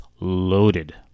loaded